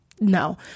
no